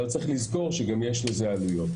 אבל צריך לזכור שגם יש לזה עלויות.